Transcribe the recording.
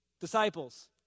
Disciples